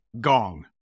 Gong